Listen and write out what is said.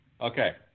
Okay